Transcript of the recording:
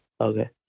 Okay